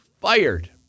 fired